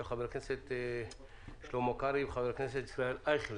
של חבר הכנסת שלמה קרעי ושל חבר הכנסת ישראל אייכלר.